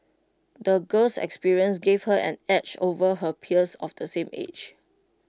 the girl's experiences gave her an edge over her peers of the same age